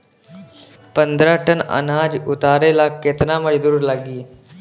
पन्द्रह टन अनाज उतारे ला केतना मजदूर लागी?